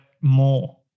more